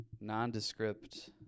nondescript